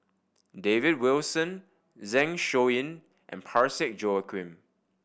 David Wilson Zeng Shouyin and Parsick Joaquim